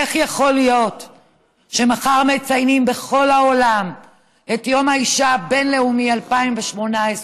איך יכול להיות שמחר מציינים בכל העולם את יום האישה הבין-לאומי 2018,